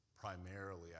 primarily